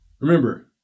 Remember